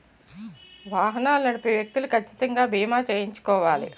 వాహనాలు నడిపే వ్యక్తులు కచ్చితంగా బీమా చేయించుకోవాలి